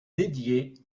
dédié